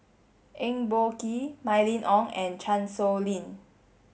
Eng Boh Kee Mylene Ong and Chan Sow Lin